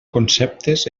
conceptes